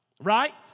Right